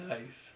Nice